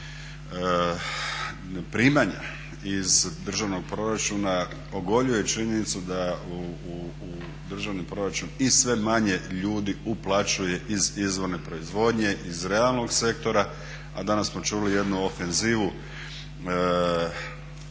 primanja iz državnog proračuna, ogoljuje činjenicu da u državni proračun i sve manje ljudi uplaćuje iz izvorne proizvodnje, iz realnog sektora a danas smo čuli jednu ofenzivu